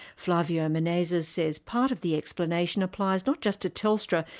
flavio menezes says part of the explanation applies not just to telstra,